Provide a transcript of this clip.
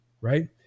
right